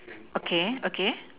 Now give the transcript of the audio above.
okay okay